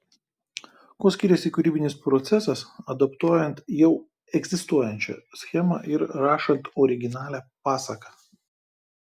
kuo skiriasi kūrybinis procesas adaptuojant jau egzistuojančią schemą ir rašant originalią pasaką